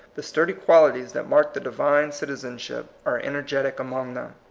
the sturdy qualities that mark the divine citizenship are energetic among them.